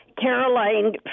Caroline